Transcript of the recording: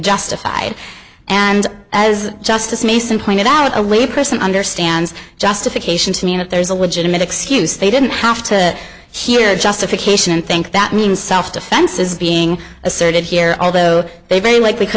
justified and as justice mason pointed out a layperson understands justification to mean that there's a legitimate excuse they didn't have to hear a justification and think that means self defense is being asserted here although they very likely could